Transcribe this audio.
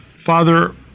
Father